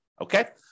okay